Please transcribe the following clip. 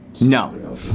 No